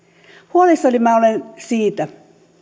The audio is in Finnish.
huolissani minä olen siitä